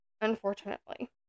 unfortunately